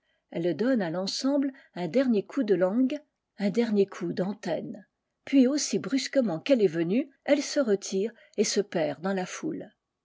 elle donne à l'ensemble un dernier coup de langue un dernier coup d'antenn puis aussi brusquement qu'elle est venue e e retire et se perd dans la foule